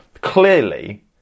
clearly